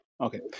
Okay